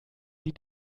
die